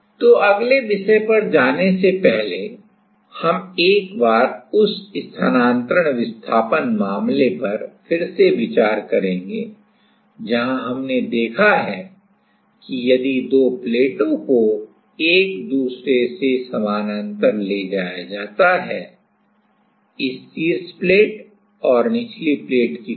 तो अगले विषय पर जाने से पहले हम एक बार उस स्थानान्तरण विस्थापन मामले पर फिर से विचार करेंगे जहाँ हमने देखा है कि यदि दो प्लेटों को एक दूसरे के समानांतर ले जाया जाता है इस शीर्ष प्लेट और निचली प्लेट की तरह